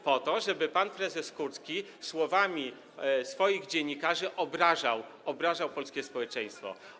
Po to, żeby pan prezes Kurski słowami swoich dziennikarzy obrażał polskie społeczeństwo.